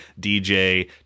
DJ